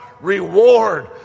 reward